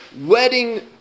wedding